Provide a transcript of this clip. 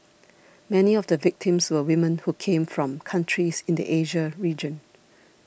many of the victims were women who came from countries in the Asia region